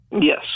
Yes